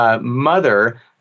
mother